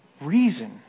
reason